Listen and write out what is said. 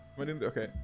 Okay